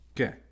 Okay